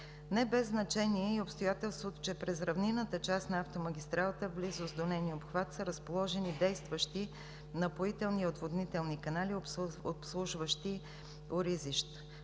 Не без значение е и обстоятелството, че през равнинната част на автомагистралата в близост до нейния обхват са разположени действащи напоителни и отводнителни канали, обслужващи оризища.